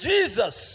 Jesus